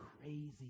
crazy